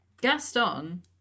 Gaston